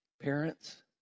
Parents